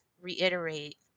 reiterate